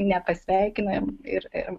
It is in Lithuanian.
nepasveikino ir ir